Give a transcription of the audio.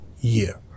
year